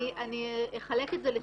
אני אחלק את זה לשניים.